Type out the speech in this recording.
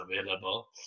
available